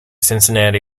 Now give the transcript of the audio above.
cincinnati